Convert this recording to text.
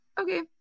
okay